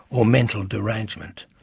or mental derangement.